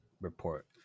report